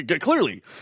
clearly